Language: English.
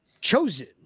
chosen